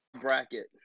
bracket